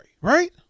right